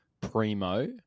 primo